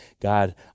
God